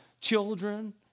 children